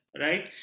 right